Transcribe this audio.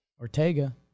Ortega